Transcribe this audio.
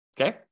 Okay